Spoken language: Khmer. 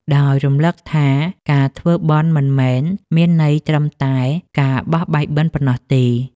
ដោយរំឮកថាការធ្វើបុណ្យមិនមែនមានន័យត្រឹមតែការបោះបាយបិណ្ឌប៉ុណ្ណោះទេ។